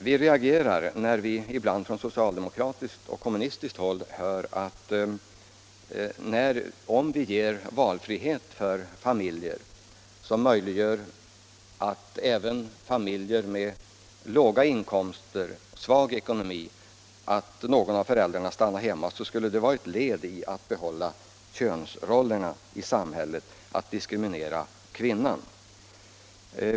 Vi reagerar när vi ibland från socialdemokratiskt och kommunistiskt håll hör, att om vi ger en valfrihet som möjliggör även för familjer med låga inkomster och svag ekonomi att någon av föräldrarna stannar hemma, skulle det bidra till att bevara könsrollerna i samhället, till att diskriminera kvinnan.